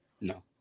No